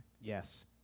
Yes